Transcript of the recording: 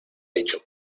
dicho